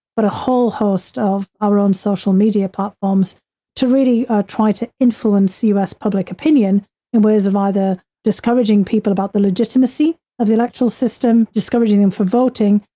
but a whole host of our own social media platforms to really try to influence us public opinion in ways of either discouraging people about the legitimacy of the electoral system, discouraging them for voting,